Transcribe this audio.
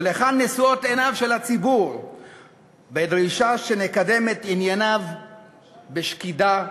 ולכאן נשואות עיניו של הציבור בדרישה שנקדם את ענייניו בשקידה ובנאמנות.